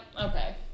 okay